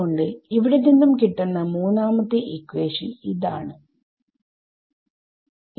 അത്കൊണ്ട് ഇവിടെ നിന്നും കിട്ടുന്ന മൂന്നാമത്തെ ഇക്വാഷൻ ആണ്